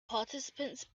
participants